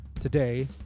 Today